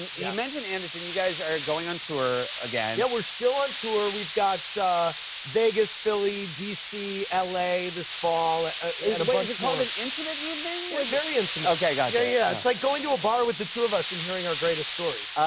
and yeah mentioned anderson. you guys are going on tour again. yeah, we're still on tour. we've got vegas, philly, d c, l a, this fall. wait, is it called an intimate evening? very intimate. okay, gotcha. yeah, yeah. it's like going to the ah bar with the two of us and hearing our greatest stories.